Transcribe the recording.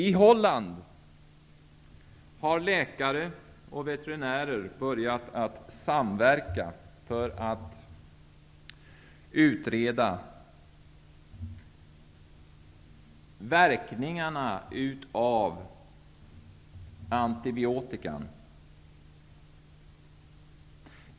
I Holland har läkare och veterinärer börjat samverka för att utreda verkningarna av antibiotikan.